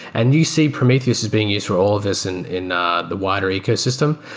and you see, prometheus is being used for all of this in in ah the wider ecosystem.